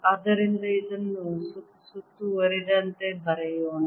ಆದ್ದರಿಂದ ಇದನ್ನು ಸುತ್ತುವರಿದಂತೆ ಬರೆಯೋಣ